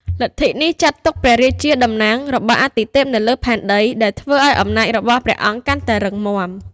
លទ្ធិនេះចាត់ទុកព្រះរាជាជាតំណាងរបស់អាទិទេពនៅលើផែនដី ដែលធ្វើឱ្យអំណាចរបស់ព្រះអង្គកាន់តែរឹងមាំ។